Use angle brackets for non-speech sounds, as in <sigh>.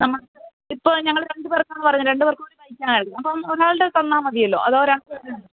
നമുക്ക് ഇപ്പോള് ഞങ്ങള് രണ്ടു പേര്ക്കാണ് പറഞ്ഞത് രണ്ടു പേര്കൂടി <unintelligible> ക്കാനായിരുന്നു അപ്പോള് ഒരാളുടേതു തന്നാല് മതിയല്ലോ അതോ രണ്ടു പേരുടെയും